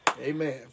Amen